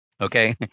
Okay